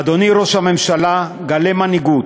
אדוני ראש הממשלה, גלה מנהיגות,